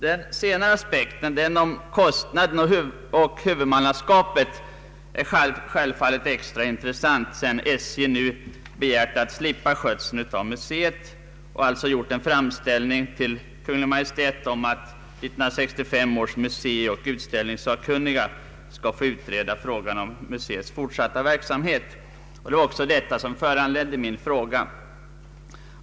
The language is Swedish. Den senare i svaret upptagna aspekten rörande kostnaden och huvudmannaskapet är självfallet extra intressant, sedan SJ begärt att få slippa ansvaret för skötseln av museet och gjort en framställning till Kungl. Maj:t om att 1963 års museioch utställningssakkunniga skall få utreda frågan om museets fortsatta verksamhet. Det var just detta som föranledde min fråga.